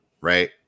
right